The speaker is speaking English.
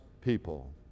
people